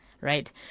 Right